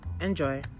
Enjoy